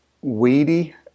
weedy